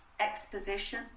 exposition